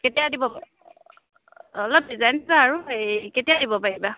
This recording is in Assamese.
কেতিয়া দিব অলপ ডিজাইন দিবা আৰু এই কেতিয়া দিব পাৰিবা